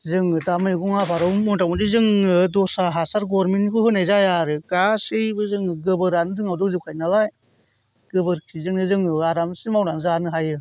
जों दा मैगं आबादाव मथा मथि जोङो दस्रा हासार गभरमेन्थनिखौ होनाय जाया आरो गासैबो जों गोबोरानो जोंनाव दंजोबखायो नालाय गोबोरखिजोंनो जों आरामसे मावनानै जानो हायो